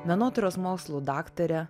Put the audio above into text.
menotyros mokslų daktare